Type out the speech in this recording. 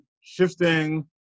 shifting